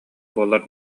буоллар